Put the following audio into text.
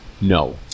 No